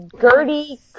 Gertie